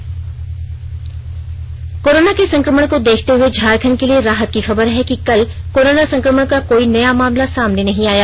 Jharkhand corona corona के संक्रमण को देखते हुए झारखण्ड के लिए राहत की खबर है कि कल कोरोना संक्रमण का कोई नया मामला सामने नहीं आया